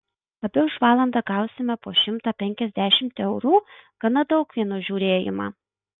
abi už valandą gausime po šimtą penkiasdešimt eurų gana daug vien už žiūrėjimą